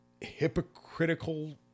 hypocritical